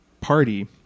party